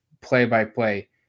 play-by-play